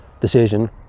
decision